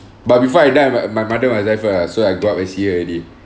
but before I die my my mother must die first ah so I go up I see her already